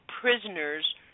prisoners